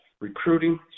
recruiting